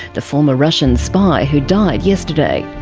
the former russian spy who died yesterday.